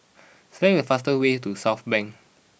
select the fast way to Southbank